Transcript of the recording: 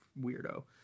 weirdo